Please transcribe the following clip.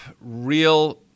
real